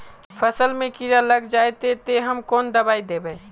फसल में कीड़ा लग जाए ते, ते हम कौन दबाई दबे?